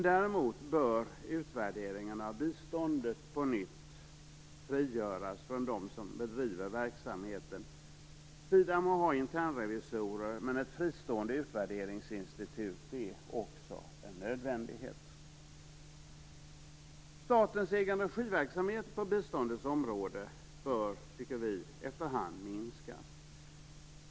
Däremot bör utvärderingarna av biståndet på nytt frigöras från dem som bedriver verksamheten. Sida må ha internrevisorer, men ett fristående utvärderingsinstitut är också en nödvändighet. Statens egenregiverksamhet på biståndets område bör efter hand minskas.